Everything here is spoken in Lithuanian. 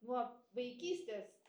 nuo vaikystės